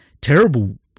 terrible